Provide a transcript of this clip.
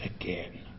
again